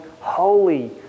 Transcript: Holy